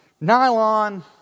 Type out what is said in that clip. nylon